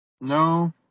No